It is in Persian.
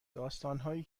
داستانهایی